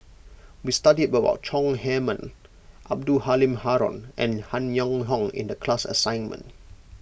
we studied about Chong Heman Abdul Halim Haron and Han Yong Hong in the class assignment